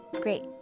Great